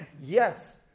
Yes